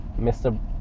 Mr